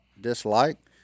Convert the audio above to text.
dislike